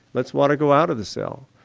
lets water go out of the cell.